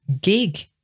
gig